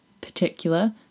particular